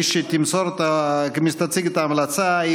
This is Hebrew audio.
מי שתציג את ההמלצה בשם יושב-ראש הוועדה